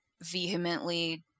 vehemently